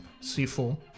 C4